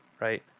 right